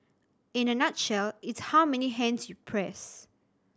in a nutshell it's how many hands you press